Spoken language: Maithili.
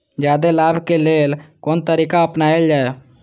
जादे लाभ के लेल कोन तरीका अपनायल जाय?